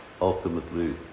ultimately